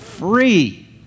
Free